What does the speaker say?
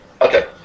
Okay